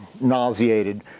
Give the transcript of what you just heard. nauseated